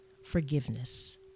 forgiveness